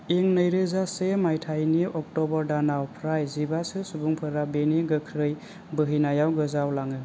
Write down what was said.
इं नैरोजा से माइथायनि अक्टबर दानाव फ्राय जिबा सो सुबुंफोरा बेनि गोख्रै बोहैनायाव गोजाव लाङो